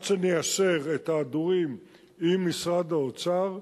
עד שניישר את ההדורים עם משרד האוצר,